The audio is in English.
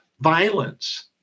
violence